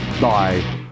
Bye